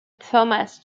thomas